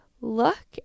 look